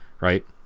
Right